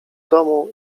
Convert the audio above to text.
domu